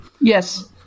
Yes